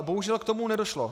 Bohužel k tomu nedošlo.